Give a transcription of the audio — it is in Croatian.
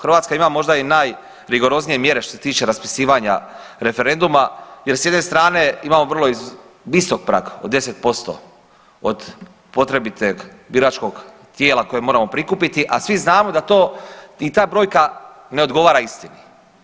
Hrvatska ima možda i najrigoroznije mjere što se tiče raspisivanja referenduma jer s jedne strane imamo vrlo visok prag od 10% od potrebitog biračkog tijela koje moramo prikupiti, a svi znamo da to, ni ta brojka ne odgovara istini.